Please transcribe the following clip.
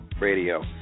Radio